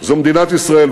זו מדינת ישראל.